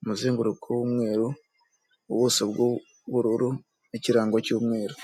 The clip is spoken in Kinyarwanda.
umuzenguruko w'umweru, ubuso, bw'ubururu n' ikirango cy'umweru.